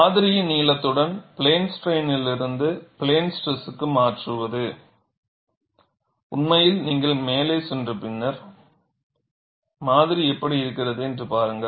மாதிரியின் நீளத்துடன் பிளேன் ஸ்ட்ரெயினிலிருந்து பிளேன் ஸ்ட்ரெஸ் க்கு மாற்றுவது உண்மையில் நீங்கள் மேலே சென்று பின்னர் மாதிரி எப்படி இருக்கிறது என்று பாருங்கள்